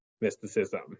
mysticism